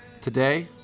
Today